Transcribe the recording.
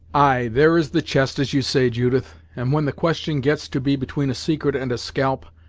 ay, there is the chest as you say, judith, and when the question gets to be between a secret and a scalp,